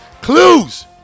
clues